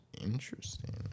Interesting